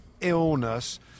illness